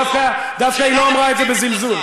דווקא היא לא אמרה את זה בזלזול.